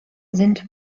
sind